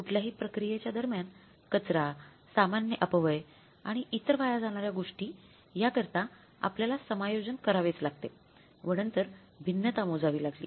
कुठल्याही प्रक्रियेच्या दरम्यान कचरा सामान्य अपव्यय आणि इतर वाया जाणाऱ्या गोष्टी या करता आपल्याला समायोजन करावेच लागते व नंतर भिन्नता मोजावी लागली